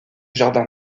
jardin